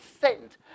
sent